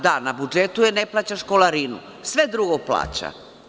Da, na budžetu je, ne plaća školarinu, sve drugo plaća.